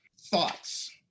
thoughts